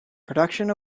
production